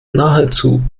nahezu